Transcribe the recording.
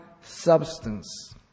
substance